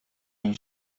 این